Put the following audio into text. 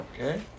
Okay